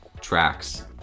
tracks